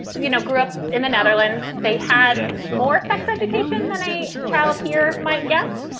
you know, grew up in the netherlands. they had more sex education than a child here might get.